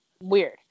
weird